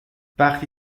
وقتی